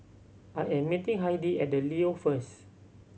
I am meeting Heidi at The Leo first